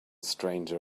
stranger